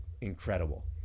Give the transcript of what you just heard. incredible